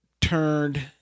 turned